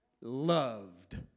loved